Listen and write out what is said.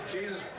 Jesus